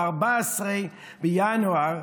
ב-14 בינואר,